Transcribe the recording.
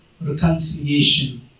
reconciliation